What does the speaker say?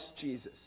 Jesus